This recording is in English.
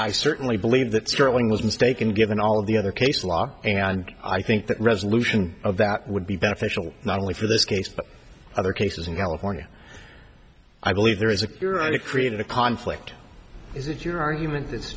i certainly believe that sterling was mistaken given all of the other case law and i think that resolution of that would be beneficial not only for this case but other cases in california i believe there is a cure i created a conflict is it your argument th